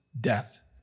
death